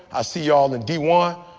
i see y'all in d one.